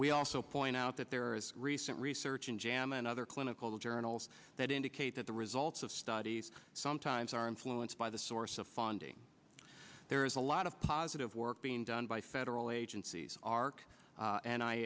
we also point out that there is recent research in jam and other clinical journals that indicate that the results of studies sometimes are influenced by the source of funding there is a lot of positive work being done by federal agencies arc and i